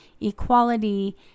equality